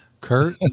Kurt